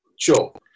Sure